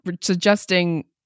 suggesting